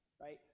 right